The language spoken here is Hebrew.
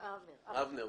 אבנר בבקשה.